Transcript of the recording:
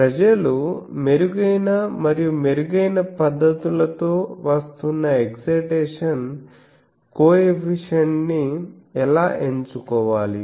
ప్రజలు మెరుగైన మరియు మెరుగైన పద్దతులతో వస్తున్న ఎక్సైటేషన్ కోఎఫిసియెంట్ ని ఎలా ఎంచుకోవాలి